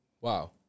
Wow